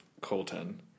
Colton